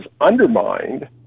undermined